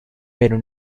pero